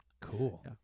Cool